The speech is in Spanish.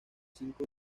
cinco